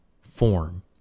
form